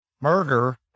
murder